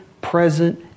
Present